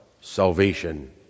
salvation